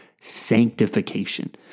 sanctification